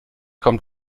kommt